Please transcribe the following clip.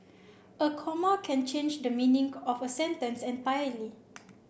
a comma can change the meaning of a sentence entirely